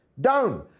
down